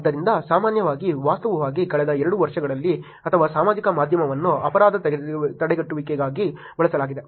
ಆದ್ದರಿಂದ ಸಾಮಾನ್ಯವಾಗಿ ವಾಸ್ತವವಾಗಿ ಕಳೆದ ಎರಡು ವರ್ಷಗಳಲ್ಲಿ ಅಥವಾ ಸಾಮಾಜಿಕ ಮಾಧ್ಯಮವನ್ನು ಅಪರಾಧ ತಡೆಗಟ್ಟುವಿಕೆಗಾಗಿ ಬಳಸಲಾಗಿದೆ